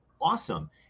awesome